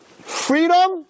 Freedom